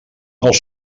els